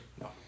No